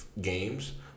games